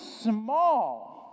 small